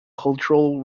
cultural